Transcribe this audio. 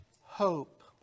hope